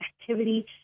activity